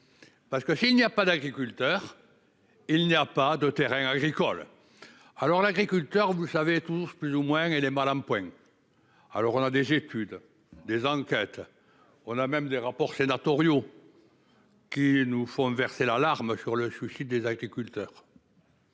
Parce que s'il n'y a pas d'agriculteurs. Il n'y a pas de terrains agricoles. Alors l'agriculteur. Vous savez tous plus ou moins et est mal en point. Alors on a des j'études, des enquêtes. On a même des rapports sénatoriaux. Qu'il nous faut inverser leurs larmes sur le chouchou des agriculteurs.